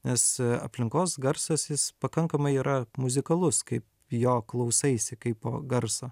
nes aplinkos garsas jis pakankamai yra muzikalus kaip jo klausaisi kaipo garso